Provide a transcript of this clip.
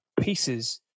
pieces